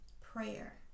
prayer